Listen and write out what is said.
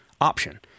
option